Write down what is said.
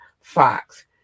Fox